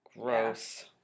Gross